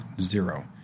zero